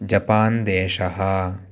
जपान्देशः